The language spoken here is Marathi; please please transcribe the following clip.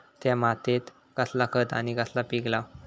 त्या मात्येत कसला खत आणि कसला पीक लाव?